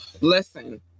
listen